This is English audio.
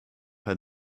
had